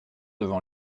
devant